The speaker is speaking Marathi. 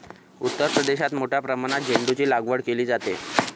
उत्तर प्रदेशात मोठ्या प्रमाणात झेंडूचीलागवड केली जाते